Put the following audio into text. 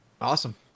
awesome